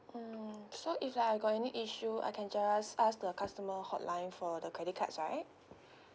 mm so if like I got any issue I can just ask the customer hotline for the credit cards right